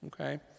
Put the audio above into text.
Okay